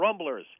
rumblers